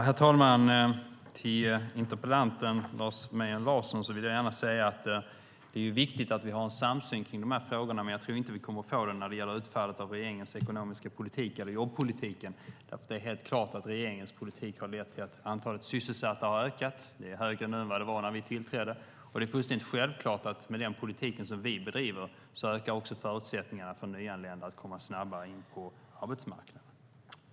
Herr talman! Till interpellanten Lars Mejern Larsson vill jag gärna säga att det är viktigt att vi har en samsyn på de här frågorna. Jag tror dock inte att vi kommer att få det när det gäller utfallet av regeringens ekonomiska politik eller jobbpolitiken. Det är nämligen helt klart att regeringens politik har lett till att antalet sysselsatta har ökat - det är högre nu än det var när vi tillträdde. Det är fullständigt självklart att med den politik som vi bedriver ökar också förutsättningarna för nyanlända att snabbare komma in på arbetsmarknaden.